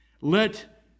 Let